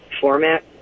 format